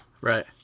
right